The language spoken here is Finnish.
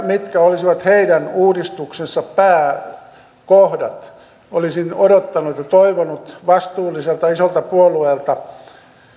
mitkä olisivat heidän uudistuksensa pääkohdat olisin odottanut ja toivonut vastuulliselta isolta puolueelta